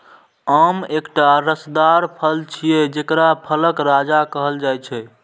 आम एकटा रसदार फल छियै, जेकरा फलक राजा कहल जाइ छै